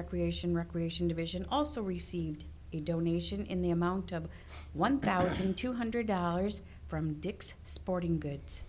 recreation recreation division also received a donation in the amount of one thousand two hundred dollars from dick's sporting goods